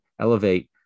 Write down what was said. elevate